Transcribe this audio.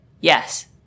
Yes